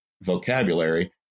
vocabulary